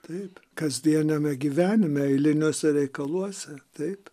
taip kasdieniame gyvenime eiliniuose reikaluose taip